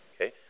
Okay